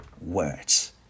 words